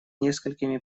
несколькими